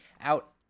out